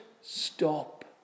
stop